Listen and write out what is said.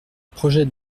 projet